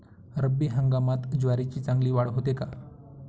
रब्बी हंगामात ज्वारीची चांगली वाढ होते का?